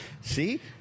See